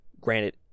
Granted